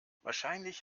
wahrscheinlich